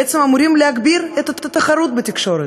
בעצם אמורים להגביר את התחרות בתקשורת.